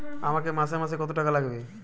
আমাকে মাসে মাসে কত টাকা লাগবে?